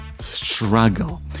struggle